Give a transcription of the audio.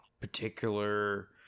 particular